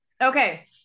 Okay